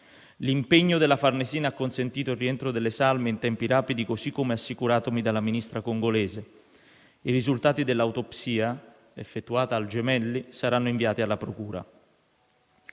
L'impegno della Farnesina ha consentito il rientro delle salme in tempi rapidi, così come assicuratomi dal Ministro congolese. I risultati dell'autopsia, effettuata al Gemelli, saranno inviati alla procura.